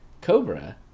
cobra